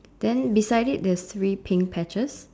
then beside it there's three pink patches